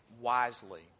wisely